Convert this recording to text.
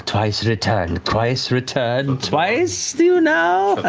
twice returned, twice returned, twice still now.